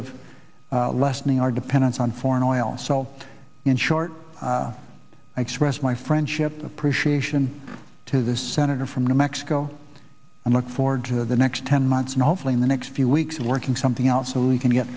of lessening our dependence on foreign oil sol in short i express my friendship appreciation to the senator from new mexico and look forward to the next ten months and hopefully in the next few weeks working something else who can get